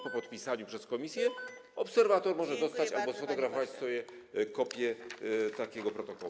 Po podpisaniu przez komisję obserwator może dostać albo sfotografować sobie kopię takiego protokołu.